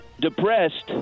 Depressed